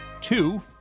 two